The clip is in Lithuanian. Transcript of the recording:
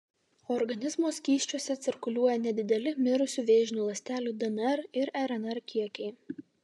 organizmo skysčiuose cirkuliuoja nedideli mirusių vėžinių ląstelių dnr ir rnr kiekiai